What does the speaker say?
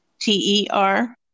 t-e-r